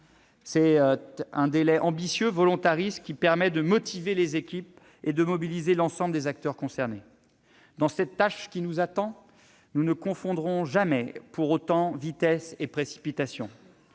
C'est un délai ambitieux et volontariste, qui permet de motiver les équipes et de mobiliser l'ensemble des acteurs concernés. Pour autant, dans cette tâche qui nous attend, nous ne confondrons jamais vitesse et précipitation.